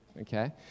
okay